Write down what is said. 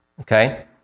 Okay